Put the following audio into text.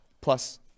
Plus